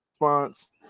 response